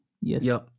yes